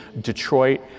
Detroit